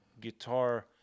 guitar